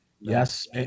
Yes